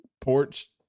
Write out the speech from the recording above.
porch